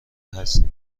هستی